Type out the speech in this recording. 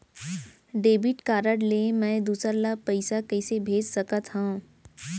Debit card ले मैं दूसर ला पइसा कइसे भेज सकत हओं?